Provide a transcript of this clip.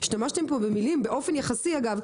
השתמשתם פה במילים באופן יחסי אגב,